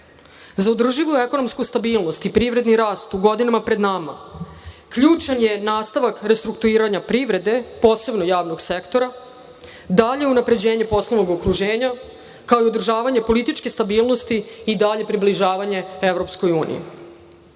održivu ekonomsku stabilnost i privredni rasta u godinama pred nama, ključan je nastavak restrukturiranja privrede, posebno javnog sektora, dalje unapređenje poslovnog okruženja, kao i održavanje političke stabilnosti i dalje približavanje EU.Digitalizacija